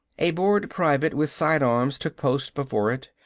a bored private, with side-arms, took post before it.